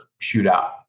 shootout